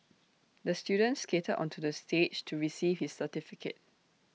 the student skated onto the stage to receive his certificate